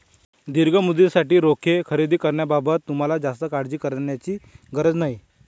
दीर्घ मुदतीसाठी रोखे खरेदी करण्याबाबत तुम्हाला जास्त काळजी करण्याची गरज नाही